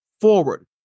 forward